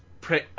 pre